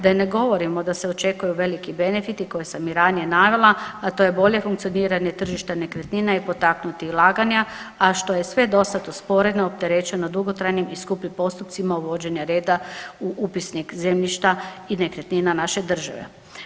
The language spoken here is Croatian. Da ne govorimo da se očekuju veliki benefiti koje sam i ranije navela, a to je bolje funkcioniranje tržišta nekretnina i potaknuti ulaganja, a što je sve dosad usporeno, opterećeno dugotrajnim i skupim postupcima uvođenja reda u upisnik zemljišta i nekretnina naše države.